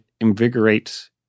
invigorates